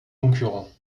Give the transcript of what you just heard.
concurrents